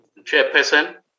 Chairperson